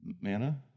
Manna